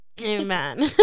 amen